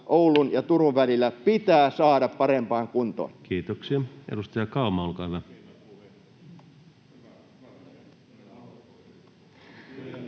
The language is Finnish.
ja Turun välillä, pitää saada parempaan kuntoon. Kiitoksia. — Edustaja Kauma, olkaa hyvä.